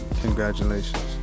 Congratulations